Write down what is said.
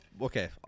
Okay